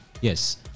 yes